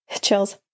Chills